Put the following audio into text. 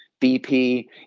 BP